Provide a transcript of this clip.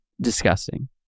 Disgusting